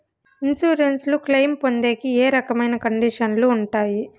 Insurance claim పొందేకి ఏ రకమైన కండిషన్లు ఉంటాయి?